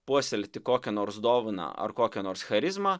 puoselėti kokią nors dovaną ar kokią nors charizmą